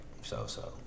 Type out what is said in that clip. so-so